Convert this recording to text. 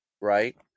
Right